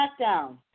SmackDown